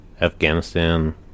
Afghanistan